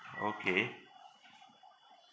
okay